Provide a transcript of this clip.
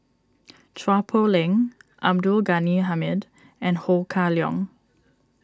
Chua Poh Leng Abdul Ghani Hamid and Ho Kah Leong